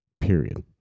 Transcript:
period